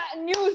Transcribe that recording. news